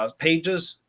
ah pages,